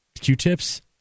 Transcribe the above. Q-tips